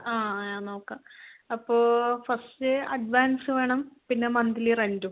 ആ ഞാൻ നോക്കാം അപ്പോൾ ഫസ്റ്റ് അഡ്വാൻസ് വേണം പിന്നെ മന്ത്ലി റെൻറും